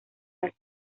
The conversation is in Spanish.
las